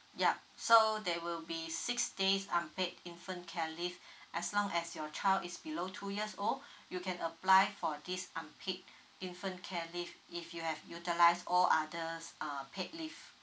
ya so there will be six days unpaid infant care leave as long as your child is below two years old you can apply for this unpaid infant care leave if you have utilised all others uh paid leave